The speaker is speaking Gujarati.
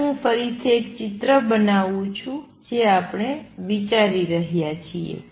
ચાલો હું ફરીથી એક ચિત્ર બનાવું જે આપણે વિચારી રહ્યા છીએ